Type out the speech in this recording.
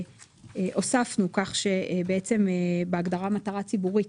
הוספנו כך שבהגדרה מטרה ציבורית,